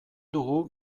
dugu